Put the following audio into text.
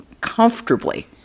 comfortably